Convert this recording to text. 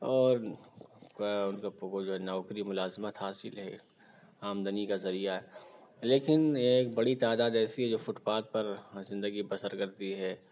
اور اُن کو جو ہے نوکری ملازمت حاصل ہے آمدنی کا ذریعہ لیکن ایک بڑی تعداد ایسی ہے جو فٹ پاتھ پر زندگی بسر کرتی ہے